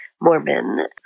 Mormon